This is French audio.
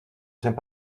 saint